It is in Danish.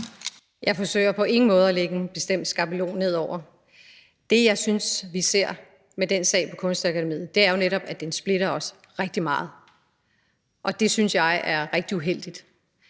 Jeg forsøger på ingen måde at lægge en bestemt skabelon ned over kunsten. Det jeg synes vi ser med den sag på Kunstakademiet, er jo netop, at den splitter os rigtig meget, og det synes jeg er rigtig uheldigt.